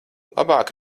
labāk